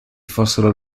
fossero